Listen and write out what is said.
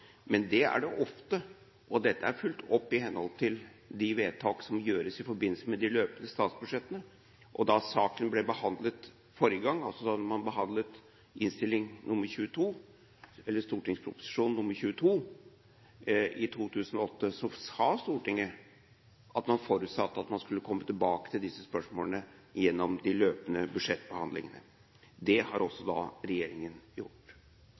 men det er det ofte, og dette er fulgt opp i henhold til de vedtak som gjøres i forbindelse med de løpende statsbudsjettene. Da saken ble behandlet forrige gang, altså da man behandlet St.meld. nr. 22 i 2008, sa Stortinget at man forutsatte at man ville komme tilbake til disse spørsmålene gjennom de løpende budsjettbehandlingene. Det har også regjeringen gjort.